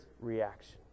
reaction